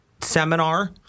seminar